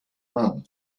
room